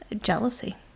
jealousy